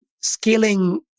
Scaling